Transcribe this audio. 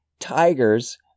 tigers